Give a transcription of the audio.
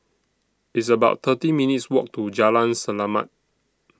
It's about thirty minutes' Walk to Jalan Selamat